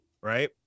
Right